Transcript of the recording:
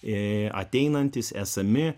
ir ateinantys esami